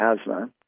asthma